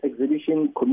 exhibition